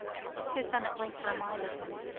his son at length reminded him.